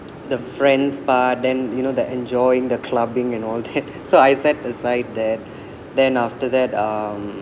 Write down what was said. the friends part then you know the enjoying the clubbing and all that so I set aside that then after that um